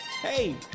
hey